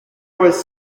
was